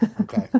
Okay